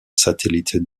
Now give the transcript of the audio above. satellite